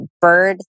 Bird